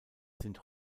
sind